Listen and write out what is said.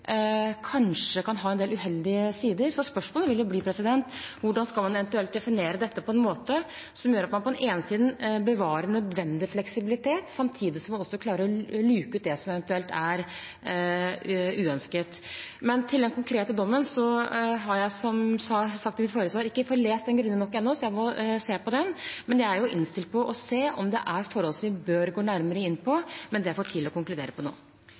kanskje kan ha en del uheldige sider. Så spørsmålet vil jo bli: Hvordan skal man eventuelt definere dette på en måte som gjør at man på den ene siden bevarer nødvendig fleksibilitet samtidig som man også klarer å luke ut det som eventuelt er uønsket? Til den konkrete dommen har jeg som sagt i mitt forrige svar ikke fått lest den grundig nok ennå, så jeg må se på den. Jeg er innstilt på å se på om det er forhold som vi bør gå nærmere inn på, men det er for tidlig å konkludere på nå.